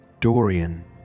Dorian